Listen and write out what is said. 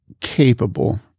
capable